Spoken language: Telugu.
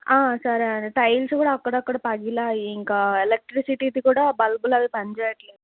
సరే అండి టైల్స్ కూడా అక్కడక్కడ పగిలాయి ఇంకా ఎలక్ట్రిసిటీది కూడా బల్బులు అవి పని చేయట్లేదు కొంచెం